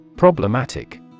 Problematic